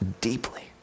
deeply